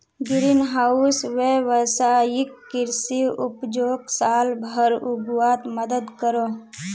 green house वैवसायिक कृषि उपजोक साल भर उग्वात मदद करोह